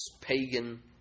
pagan